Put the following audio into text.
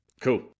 Cool